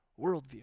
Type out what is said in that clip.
worldview